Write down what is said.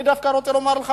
אני דווקא רוצה לומר לך